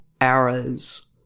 arrows